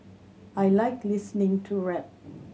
I like listening to rap